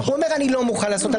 הוא אומר: אני לא מוכן לעשות,